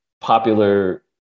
popular